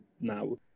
now